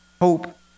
Hope